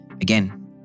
again